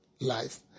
life